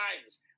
times